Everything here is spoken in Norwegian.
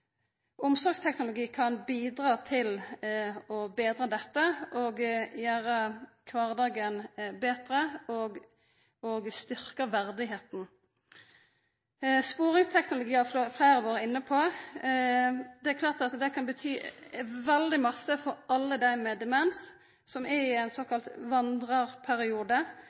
Omsorgsteknologi kan bidra til å betra dette – gjera kvardagen betre og styrkja verdigheita. Sporingsteknologi har fleire vore inn på. Det er klart at det kan bety veldig mykje for alle dei med demens som er i ein såkalla vandrarperiode,